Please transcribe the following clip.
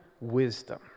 wisdom